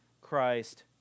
Christ